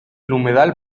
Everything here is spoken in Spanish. humedal